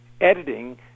editing